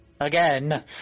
again